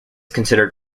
considered